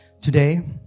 Today